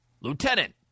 Lieutenant